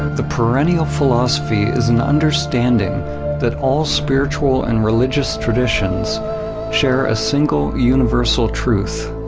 the perennial philosophy is an understanding that all spiritual and religious traditions share a single universal truth.